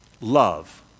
love